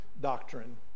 doctrine